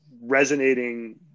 resonating